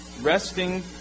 resting